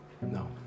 No